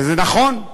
וזה נכון.